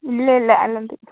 ഇല്ല ഇല്ല അല്ലാണ്ട്